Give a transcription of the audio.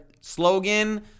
slogan